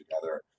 together